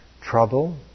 trouble